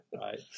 right